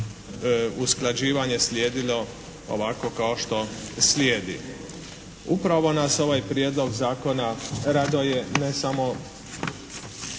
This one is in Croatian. usklađivanje slijedilo ovako kao što slijedi. Upravo nas ovaj prijedlog zakona raduje ne samo